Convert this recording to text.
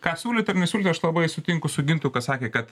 ką siūlyt ar nesiūlyt aš labai sutinku su gintu ką sakė kad